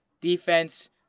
Defense